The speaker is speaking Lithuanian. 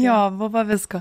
jo buvo visko